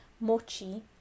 Mochi